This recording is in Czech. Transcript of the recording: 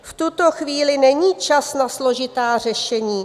V tuto chvíli není čas na složitá řešení.